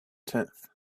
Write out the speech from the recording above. tenth